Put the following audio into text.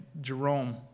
Jerome